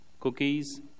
cookies